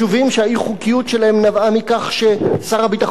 ששר הביטחון לא חתם על הניירות הראויים,